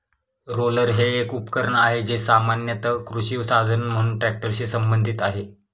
roller हे एक उपकरण आहे, जे सामान्यत कृषी साधन म्हणून ट्रॅक्टरशी संबंधित आहे